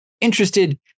interested